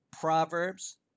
Proverbs